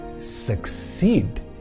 succeed